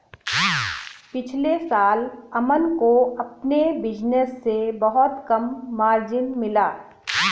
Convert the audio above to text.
पिछले साल अमन को अपने बिज़नेस से बहुत कम मार्जिन मिला